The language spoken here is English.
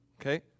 okay